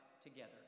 together